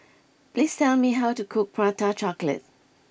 please tell me how to cook Prata Chocolate